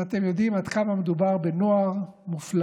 ואתם יודעים עד כמה מדובר בנוער מופלא.